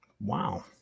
Wow